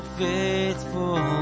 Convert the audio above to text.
faithful